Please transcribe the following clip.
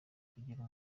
kugira